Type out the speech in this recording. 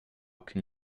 can